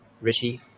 Richie